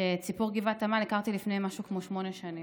שאת סיפור גבעת עמל הכרתי לפני משהו כמו שמונה שנים,